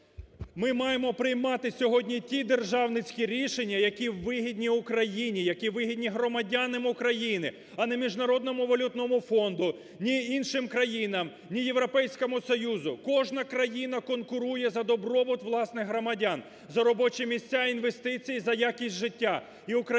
Ми маємо приймати сьогодні ті державницькі рішення, які вигідні Україні, які вигідні громадянам України, а не Міжнародному валютному фонду, не іншим країнам, не Європейському Союзу. Кожна країна конкурує за добробут власних громадян, за робочі місця, інвестиції, за якість життя.